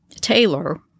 Taylor